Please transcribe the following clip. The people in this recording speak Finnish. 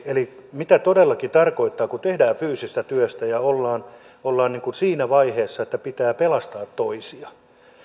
eli mitä todellakin tarkoittaa kun tehdään fyysistä työtä ja ollaan ollaan siinä vaiheessa että pitää pelastaa toisia